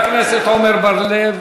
חבר הכנסת עמר בר-לב,